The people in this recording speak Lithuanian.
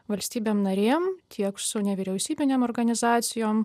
valstybėm narėm tiek su nevyriausybinėm organizacijom